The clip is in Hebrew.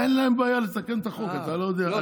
אין להם בעיה לתקן את החוק, אתה לא יודע.